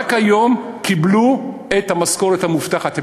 רק היום קיבלו את המשכורת המובטחת.